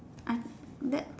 I that